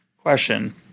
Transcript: question